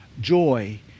joy